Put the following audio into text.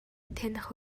таних